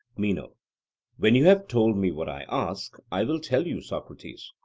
meno when you have told me what i ask, i will tell you, socrates.